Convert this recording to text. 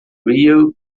ryu